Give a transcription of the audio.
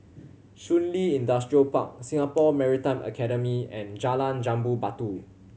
Shun Li Industrial Park Singapore Maritime Academy and Jalan Jambu Batu